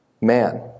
man